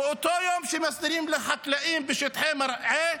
באותו יום שמסדירים לחקלאים בשטחי מרעה,